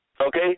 okay